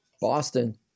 Boston